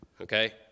okay